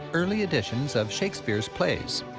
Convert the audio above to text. early editions of shakespeare's plays.